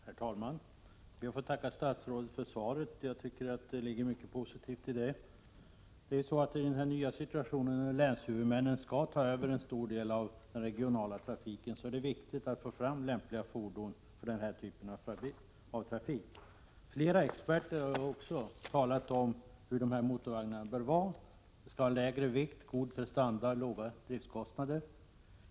Herr talman! Jag ber att få tacka statsrådet för svaret. Jag tycker att det ligger mycket positivt i det. I den nya situationen, där länshuvudmännen skall ta över en stor del av den regionala trafiken, är det viktigt att man får fram lämpliga fordon för denna typ av trafik. Flera experter har uttalat sig om hur de här motorvagnarna bör vara beskaffade. De skall ha lägre vikt, god prestanda och låga driftkostnader.